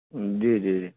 جی جی جی